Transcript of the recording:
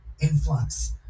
influx